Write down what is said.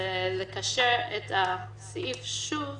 כמו כן, לקשר את הסעיף שוב